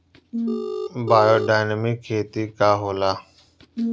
Biodynamic खेती का होला?